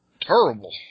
Terrible